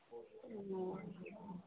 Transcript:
ओ